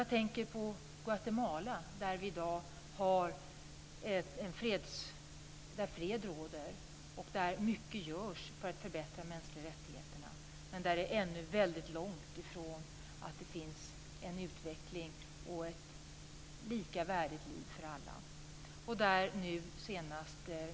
Jag tänker på Guatemala där det i dag råder fred. Mycket görs för att förbättra i fråga om de mänskliga rättigheterna, men det är ännu väldigt långt från en utveckling och ett lika värdigt liv för alla.